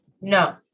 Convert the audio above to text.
No